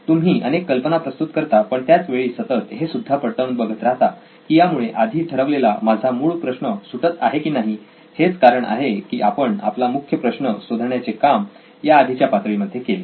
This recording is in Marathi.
तुम्ही अनेक कल्पना प्रस्तुत करता पण त्याच वेळी सतत हे सुद्धा पडताळून बघत राहता की यामुळे आधी ठरवलेला माझा मूळ प्रश्न सुटत आहे की नाही हेच कारण आहे की आपण आपला मुख्य प्रश्न शोधण्याचे काम या आधीच्या पातळी मध्ये केले